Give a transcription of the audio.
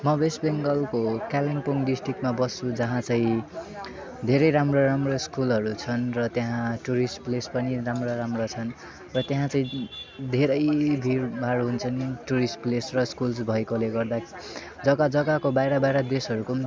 म वेस्ट बेङ्गलको कालिम्पोङ डिस्ट्रिक्टमा बस्छु जहाँ चाहिँ धेरै राम्रो राम्रो स्कुलहरू छन् र त्यहाँ टुरिस्ट प्लेस पनि राम्रा राम्रा छन् र त्यहाँ चाहिँ धेरै भिडभाड हुन्छन् टुरिस्ट प्लेस र स्कुल्स भएकोले गर्दा जग्गा जग्गाको बाहिर बाहिर देशहरूको पनि